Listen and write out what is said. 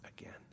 again